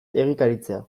egikaritzea